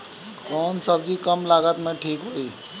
कौन सबजी कम लागत मे ठिक होई?